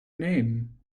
name